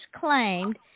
claimed